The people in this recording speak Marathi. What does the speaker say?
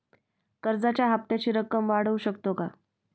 कर्जाच्या हप्त्याची रक्कम वाढवू शकतो का?